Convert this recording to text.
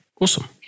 Awesome